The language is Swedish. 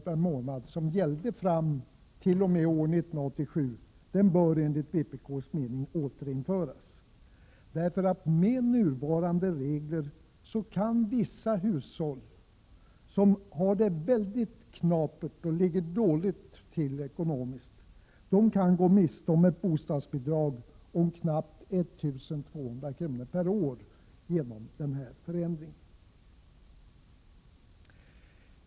per månad, som gällde fram t.o.m. år 1987, bör återinföras. Vissa hushåll som har det väldigt knapert kan gå miste om ett bostadsbidrag om knappt 1 200 kr. per år genom denna förändring.